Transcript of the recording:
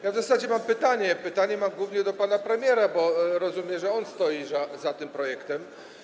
Ja w zasadzie mam pytania głównie do pana premiera, bo rozumiem, że on stoi za tym projektem.